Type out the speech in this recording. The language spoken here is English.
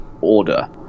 order